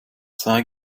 sei